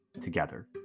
together